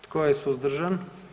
Tko je suzdržan?